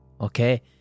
Okay